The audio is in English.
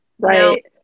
Right